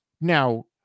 now